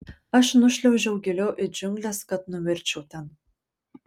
aš nušliaužiau giliau į džiungles kad numirčiau ten